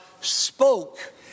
spoke